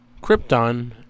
krypton